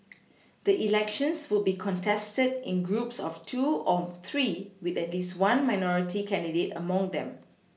the elections would be contested in groups of two or three with at least one minority candidate among them